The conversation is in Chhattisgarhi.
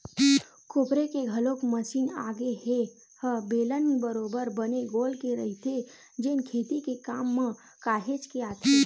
कोपरे के घलोक मसीन आगे ए ह बेलन बरोबर बने गोल के रहिथे जेन खेती के काम म काहेच के आथे